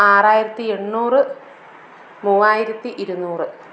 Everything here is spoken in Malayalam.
ആറായിരത്തി എണ്ണൂറ് മൂവായിരത്തി ഇരുനൂറ്